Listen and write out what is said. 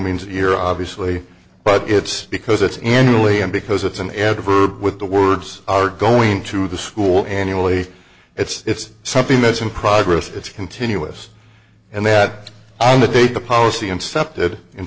means here obviously but it's because it's annually and because it's an adverb with the words are going to the school annually it's something that's in progress it's continuous and that on the day the policy in